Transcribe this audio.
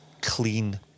clean